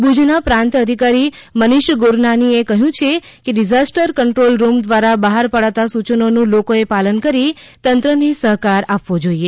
ભુજ ના પ્રાંત અધિકારી મનીષ ગુરનાની એ કહ્યું છે કે ડિઝાસ્ટર કંટ્રોલ રમ દ્વારા બહાર પડતા સૂચનો નું લોકો એ પાલન કરી તંત્ર ને સહકાર આપવો જોઈએ